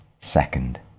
Second